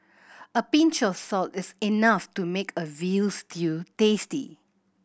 a pinch of salt is enough to make a veal stew tasty